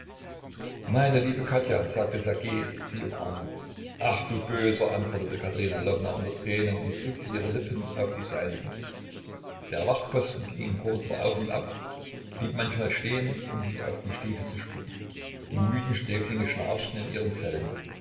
meine liebe katja sagte ssergej sie umarmend ach du böser antwortete katerina lwowna unter tränen und drückte ihre lippen auf die seinigen der wachtposten ging im korrider auf und ab blieb manchmal stehen um sich auf die stiefel zu spucken die müden sträflinge schnarchten in ihren zellen